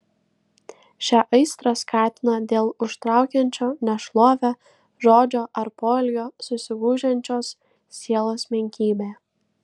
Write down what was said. šią aistrą skatina dėl užtraukiančio nešlovę žodžio ar poelgio susigūžiančios sielos menkybė